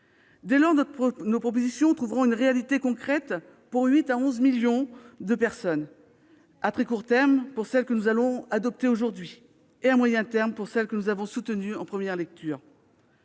Dès lors, nos propositions trouveront une réalité concrète pour 8 à 11 millions de personnes, à très court terme pour celles que nous allons adopter, à moyen terme pour celles que nous avons soutenues en première lecture.